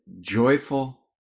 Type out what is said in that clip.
joyful